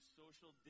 social